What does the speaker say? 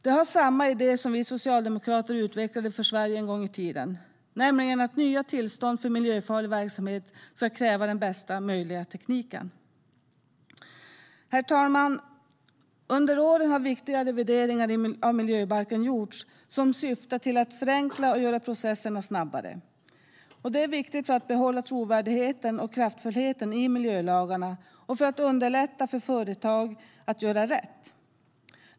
Det är samma idé som vi socialdemokrater utvecklade för Sverige en gång i tiden, nämligen att nya tillstånd för miljöfarlig verksamhet ska kräva den bästa möjliga tekniken. Herr ålderspresident! Under åren har viktiga revideringar av miljöbalken gjorts som syftar till att förenkla och göra processerna snabbare. Det är viktigt för att behålla trovärdigheten och kraftfullheten i miljölagarna och för att underlätta för företag att göra rätt.